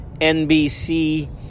NBC